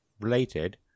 related